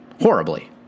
horribly